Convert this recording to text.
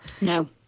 No